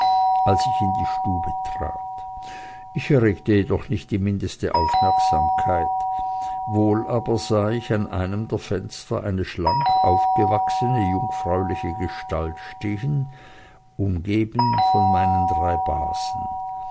als ich in die stube trat ich erregte jedoch nicht die mindeste aufmerksamkeit wohl aber sah ich an einem der fenster eine schlank aufgewachsene jungfräuliche gestalt stehen umgeben von meinen drei basen